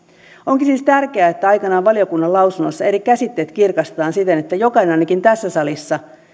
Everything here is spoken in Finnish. onkin siis tärkeää että aikanaan valiokunnan lausunnossa eri käsitteet kirkastetaan siten että jokainen ainakin tässä salissa